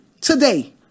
today